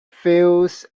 fields